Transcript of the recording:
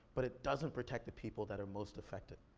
but it doesn't protect the people that are most affected.